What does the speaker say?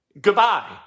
Goodbye